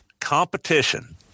competition